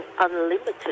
unlimited